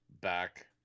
back